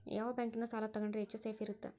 ಯಾವ ಬ್ಯಾಂಕಿನ ಸಾಲ ತಗೊಂಡ್ರೆ ಹೆಚ್ಚು ಸೇಫ್ ಇರುತ್ತಾ?